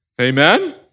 Amen